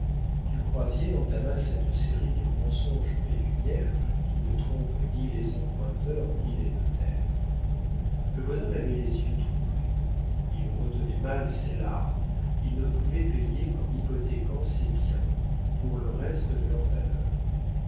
du croisier entama cette série de mensonges pécuniaires qui ne trompent ni les emprunteurs ni les notaires le bonhomme avait les yeux troublés il retenait mal ses larmes il ne pouvait payer qu'en hypothéquant ses biens pour le reste de leur valeur